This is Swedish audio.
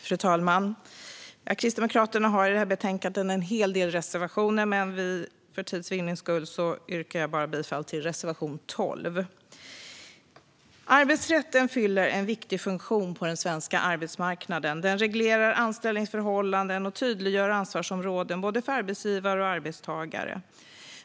Fru talman! Kristdemokraterna har i det här betänkandet en hel del reservationer, men för tids vinnande yrkar jag bifall endast till reservation 12. Arbetsrätten fyller en viktig funktion på den svenska arbetsmarknaden. Den reglerar anställningsförhållanden och tydliggör ansvarsområden för både arbetsgivare och arbetstagare.